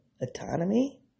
autonomy